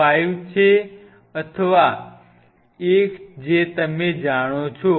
5 અથવા 1 જે તમે જાણો છો